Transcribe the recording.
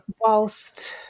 whilst